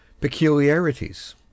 Peculiarities